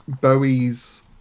Bowie's